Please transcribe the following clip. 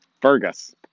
Fergus